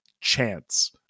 chance